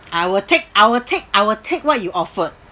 I will take I will take I will take what you offer